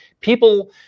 People